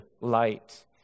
light